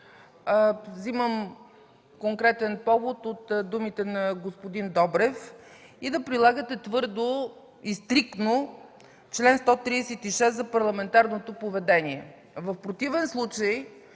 вземам конкретен повод от думите на господин Добрев, и да прилагате твърдо и стриктно чл. 136 за парламентарното поведение.